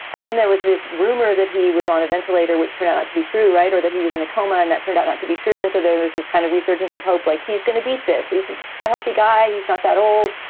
and then there was this rumor that he was on a ventilator, which turned out out to be true. right. or that he was in a coma. and that turned out not to be true. and so there there's this kind of resurgence of hope, like he's gonna beat this. he's and a healthy guy. he's not that old.